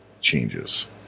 changes